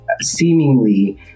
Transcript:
seemingly